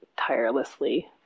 tirelessly